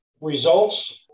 results